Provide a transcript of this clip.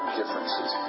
differences